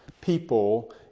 people